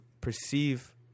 perceive